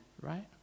right